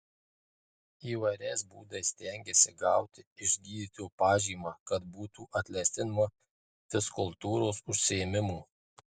įvairiais būdais stengiasi gauti iš gydytojo pažymą kad būtų atleisti nuo fizkultūros užsiėmimų